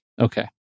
Okay